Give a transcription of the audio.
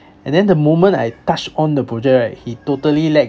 and then the moment I touched on the project right he totally let